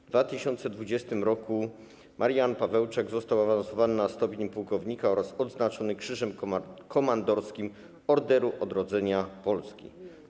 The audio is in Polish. W 2020 r. Marian Pawełczak został awansowany na stopień pułkownika oraz odznaczony Krzyżem Komandorskim Orderu Odrodzenia Polski.